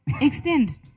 Extend